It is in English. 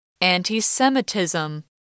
Anti-Semitism